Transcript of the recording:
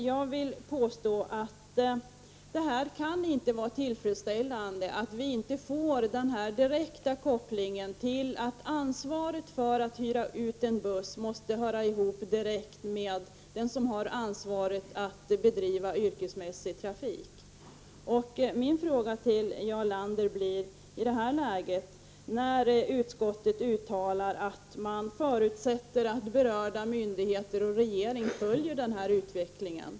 Jag vill påstå att det inte kan vara tillfredsställande att inte ha den direkta kopplingen att ansvaret för att hyra ut en buss hör direkt ihop med ansvaret för att bedriva yrkesmässig trafik. Utskottet förutsätter att regeringen och berörda myndigheter följer utvecklingen.